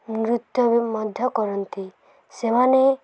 ନୃତ୍ୟ ମଧ୍ୟ କରନ୍ତି ସେମାନେ